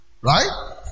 right